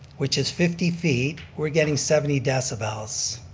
which is fifty feet, we're getting seventy decibels.